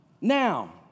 Now